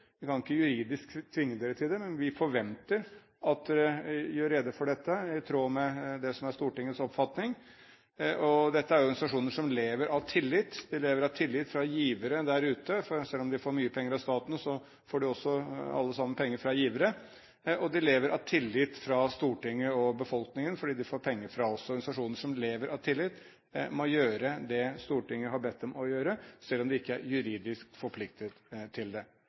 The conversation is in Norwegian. vi kan ikke juridisk tvinge dere til det – at dere gjør rede for dette i tråd med det som er Stortingets oppfatning. Dette er organisasjoner som lever av tillit. De lever av tillit fra givere der ute, for selv om de får mye penger fra staten, får de også alle sammen penger fra givere. De lever av tillit fra Stortinget og befolkningen, fordi de får penger fra oss. Organisasjoner som lever av tillit, må gjøre det Stortinget har bedt dem om å gjøre, selv om de ikke er juridisk forpliktet til det.